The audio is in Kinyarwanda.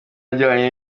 ajyanye